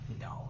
No